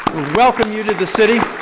welcome you to the city.